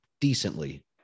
decently